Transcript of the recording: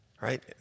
right